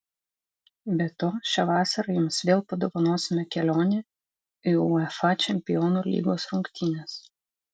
be to šią vasarą jums vėl padovanosime kelionę į uefa čempionų lygos rungtynes